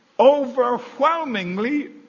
overwhelmingly